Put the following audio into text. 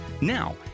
Now